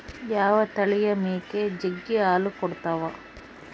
ಯಾವ ತಳಿಯ ಮೇಕೆ ಜಗ್ಗಿ ಹಾಲು ಕೊಡ್ತಾವ?